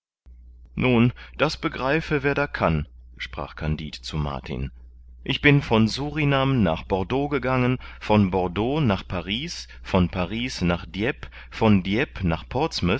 nun das begreife wer da kann sprach kandid zu martin ich bin von surinam nach bordeaux gegangen von bordeaux nach paris von paris nach dieppe von dieppe nach